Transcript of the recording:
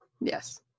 yes